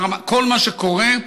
כל מה שקורה,